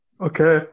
Okay